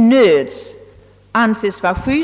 nöds kunde anses vara juste.